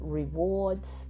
rewards